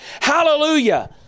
Hallelujah